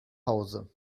hause